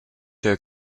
her